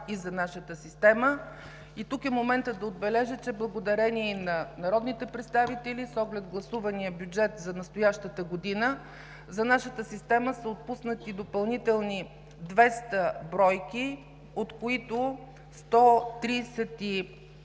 и за нашата система. Тук е моментът да отбележа, че благодарение на народните представители с оглед гласувания бюджет за настоящата година, за нашата система са отпуснати допълнителни 200 бройки в съдебната